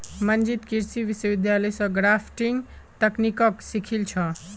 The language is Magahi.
मंजीत कृषि विश्वविद्यालय स ग्राफ्टिंग तकनीकक सीखिल छ